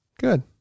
Good